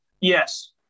yes